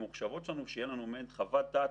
הממוחשבות שלנו כדי שתהיה לנו מעין חוות דעת,